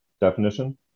definition